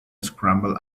scrambled